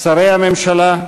שרי הממשלה,